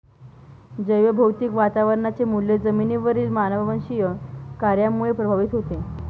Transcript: जैवभौतिक वातावरणाचे मूल्य जमिनीवरील मानववंशीय कार्यामुळे प्रभावित होते